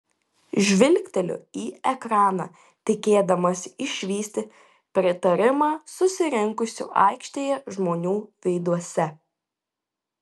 žvilgteliu į ekraną tikėdamasi išvysti pritarimą susirinkusių aikštėje žmonių veiduose